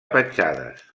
petjades